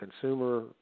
consumer